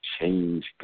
change